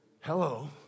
Hello